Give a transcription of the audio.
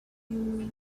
you